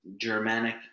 Germanic